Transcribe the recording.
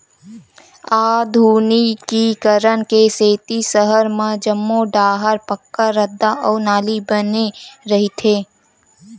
आधुनिकीकरन के सेती सहर म जम्मो डाहर पक्का रद्दा अउ नाली बने रहिथे